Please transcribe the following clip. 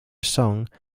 song